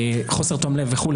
חוסר תום לב וכו',